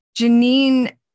Janine